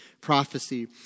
prophecy